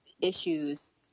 issues